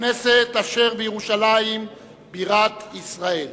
הכנסת אשר בירושלים, בירת ישראל.